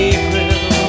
April